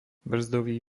brzdový